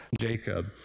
Jacob